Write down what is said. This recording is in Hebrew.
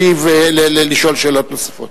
לשאול שאלות נוספות.